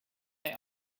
they